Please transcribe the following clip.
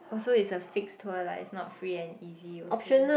oh so is a fixed tour lah is not free and easy also